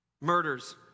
murders